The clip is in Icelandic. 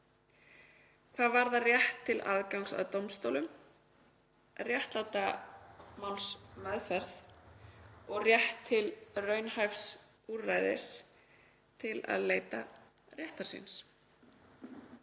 hvað varðar rétt til aðgangs að dómstólum, réttláta málsmeðferð og rétt til raunhæfs úrræðis til að leita réttar síns.